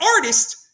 artist